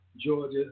Georgia